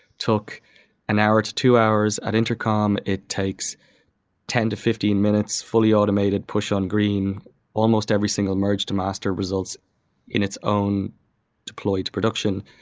took an hour to two hours at intercom it takes ten to fifteen minutes fully automated push on green almost every single merged master results in its own deployed production.